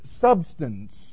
substance